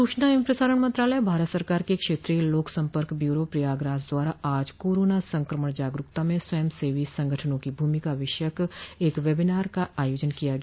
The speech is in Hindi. सूचना एवं प्रसारण मंत्रालय भारत सरकार के क्षेत्रीय लोक सम्पर्क ब्यूरो प्रयागराज द्वारा आज कोरोना संक्रमण जागरूकता में स्वय सेवी संगठनों की भूमिका विषयक एक वेबिनार का आयोजन किया गया